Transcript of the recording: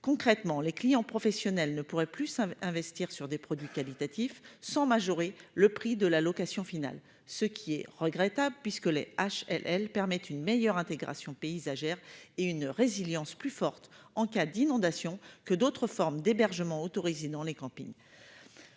Concrètement, les clients professionnels ne pourraient plus investir sur des produits qualitatifs sans majorer le prix de la location finale. C'est regrettable, puisque les HLL permettent une meilleure intégration paysagère et une résilience plus forte en cas d'inondation que d'autres formes d'hébergements autorisées dans les campings.